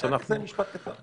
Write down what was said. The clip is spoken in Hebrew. אנחנו --- משפט קצר.